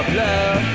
love